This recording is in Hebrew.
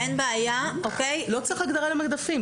לא צריך הגדרה למדפים.